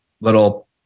little